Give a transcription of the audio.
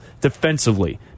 defensively